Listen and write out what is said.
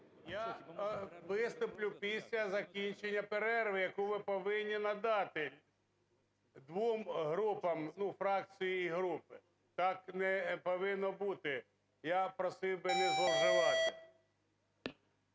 Я виступлю після закінчення перерви, яку ви повинні надати двом групам, ну, фракції і групі. Так не повинно бути. Я просив би не зловживати.